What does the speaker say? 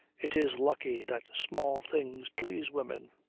it is lucky that small things please women.